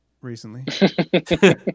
recently